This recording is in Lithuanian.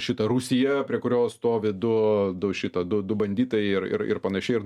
šita rūsyje prie kurio stovi du du šita du du banditai ir ir ir panašiai ir